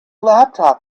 laptop